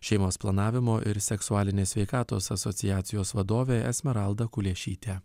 šeimos planavimo ir seksualinės sveikatos asociacijos vadovė esmeralda kuliešytė